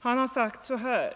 Han har sagt så här: